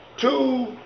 Two